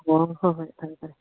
ꯑꯣ ꯍꯣꯏ ꯍꯣꯏ ꯐꯔꯦ ꯐꯔꯦ